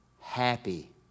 happy